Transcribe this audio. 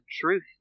truth